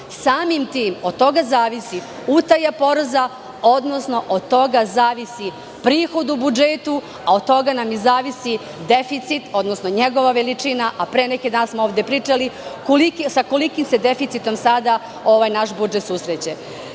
Samim tim, od toga zavisi utaja poreza, odnosno od toga zavisi prihod u budžetu, a od toga nam i zavisi deficit, odnosno njegova veličina. Pre neki dan smo ovde pričali sa kolikim se deficitom sada naš budžet susreće. Tako